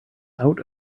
out